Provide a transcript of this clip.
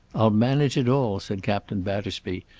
i'll manage it all, said captain battersby,